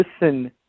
listen